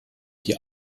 die